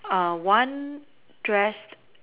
err one dressed